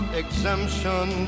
exemption